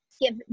give